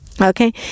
okay